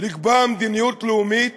לקבוע מדיניות לאומית